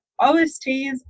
OSTs